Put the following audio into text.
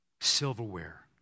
silverware